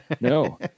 No